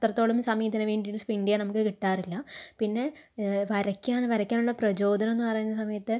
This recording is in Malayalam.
ഇത്രത്തോളം സമയം ഇതിന് വേണ്ടീട്ട് സ്പെന്റ് ചെയ്യാൻ നമുക്ക് കിട്ടാറില്ല പിന്നെ വരക്കാൻ വരക്കാനുള്ള പ്രചോദനം എന്ന് പറയുന്ന സമയത്ത്